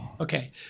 Okay